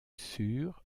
sur